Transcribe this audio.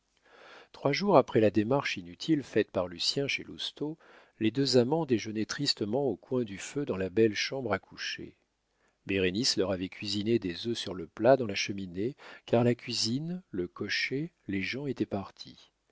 trois jours après la démarche inutile faite par lucien chez lousteau les deux amants déjeunaient tristement au coin du feu dans la belle chambre à coucher bérénice leur avait cuisiné des œufs sur le plat dans la cheminée car la cuisinière le cocher les gens étaient partis